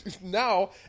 now